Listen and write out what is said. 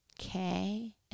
Okay